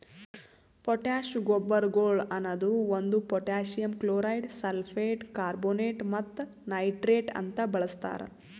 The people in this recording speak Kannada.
ಪೊಟ್ಯಾಶ್ ಗೊಬ್ಬರಗೊಳ್ ಅನದು ಒಂದು ಪೊಟ್ಯಾಸಿಯಮ್ ಕ್ಲೋರೈಡ್, ಸಲ್ಫೇಟ್, ಕಾರ್ಬೋನೇಟ್ ಮತ್ತ ನೈಟ್ರೇಟ್ ಅಂತ ಬಳಸ್ತಾರ್